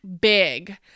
big